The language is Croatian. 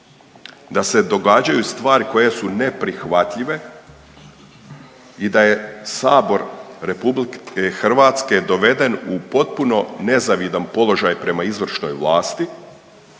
da se događaju stvari koje su neprihvatljive i da je sabor RH doveden u potpuno nezavidan položaj prema izvršnoj vlasti